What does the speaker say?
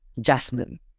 jasmine